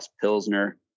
Pilsner